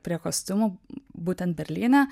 prie kostiumų būtent berlyne